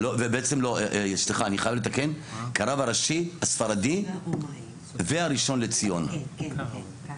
אני חייב לתקן ואשר שימש גם כראשון לציון לישראל.